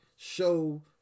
Show